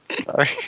Sorry